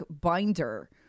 binder